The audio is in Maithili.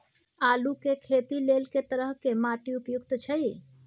आलू के खेती लेल के तरह के माटी उपयुक्त अछि?